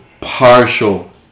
partial